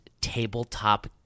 tabletop